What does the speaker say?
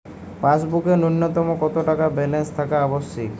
পাসবুকে ন্যুনতম কত টাকা ব্যালেন্স থাকা আবশ্যিক?